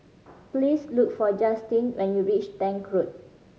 please look for Justyn when you reach Tank Road